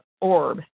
orb